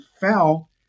fell